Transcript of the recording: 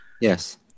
Yes